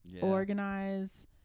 organize